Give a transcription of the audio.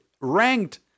Ranked